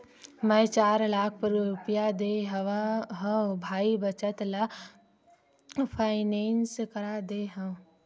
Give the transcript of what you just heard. मै चार लाख रुपया देय हव भाई बचत ल फायनेंस करा दे हँव